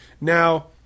Now